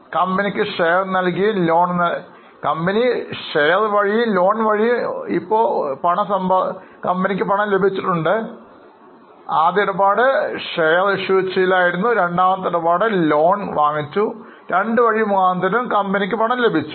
കമ്പനിക്ക് ഷെയർ വഴിയും ലോണ് വഴിയും ഒരുപാട് പണം ലഭിച്ചു